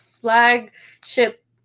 flagship